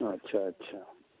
अच्छा अच्छा